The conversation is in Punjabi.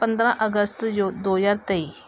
ਪੰਦਰਾਂ ਅਗਸਤ ਜੋ ਦੋ ਹਜ਼ਾਰ ਤੇਈ